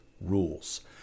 rules